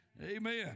amen